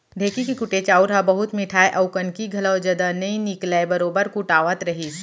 ढेंकी के कुटे चाँउर ह बहुत मिठाय अउ कनकी घलौ जदा नइ निकलय बरोबर कुटावत रहिस